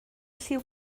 lliw